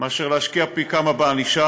מאשר להשקיע פי כמה בענישה,